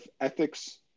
ethics